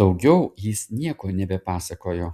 daugiau jis nieko nebepasakojo